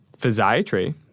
physiatry